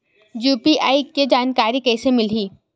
UPI के जानकारी कइसे मिलही?